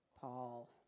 Paul